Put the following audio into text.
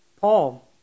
Paul